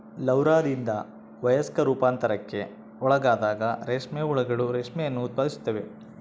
ಲಾರ್ವಾದಿಂದ ವಯಸ್ಕ ರೂಪಾಂತರಕ್ಕೆ ಒಳಗಾದಾಗ ರೇಷ್ಮೆ ಹುಳುಗಳು ರೇಷ್ಮೆಯನ್ನು ಉತ್ಪಾದಿಸುತ್ತವೆ